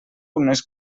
unes